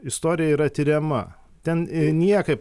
istorija yra tiriama ten niekaip